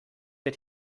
der